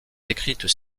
décrites